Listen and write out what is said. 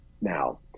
Now